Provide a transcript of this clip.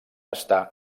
està